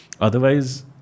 Otherwise